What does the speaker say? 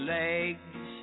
legs